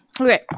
Okay